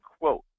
quote